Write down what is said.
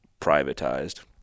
privatized